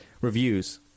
reviews